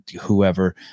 whoever